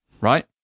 right